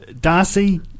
Darcy